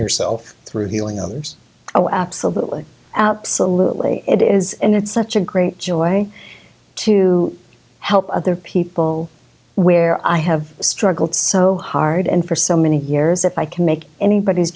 yourself through healing others oh absolutely absolutely it is and it's such a great joy to help other people where i have struggled so hard and for so many years if i can make anybody's